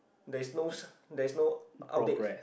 there's no there's no updates